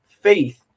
faith